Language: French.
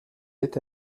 est